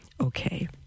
Okay